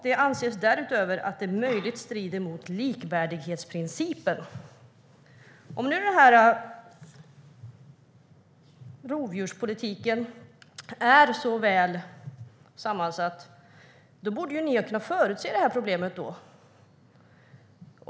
Det anses därutöver att den möjligen strider mot likvärdighetsprincipen. Om rovdjurspolitiken nu är så väl sammansatt borde ni ha kunnat förutse problemet.